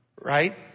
right